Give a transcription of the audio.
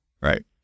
right